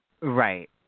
Right